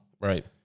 Right